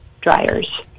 dryers